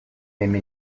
nehme